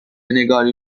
نگاری